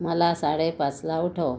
मला साडेपाचला उठव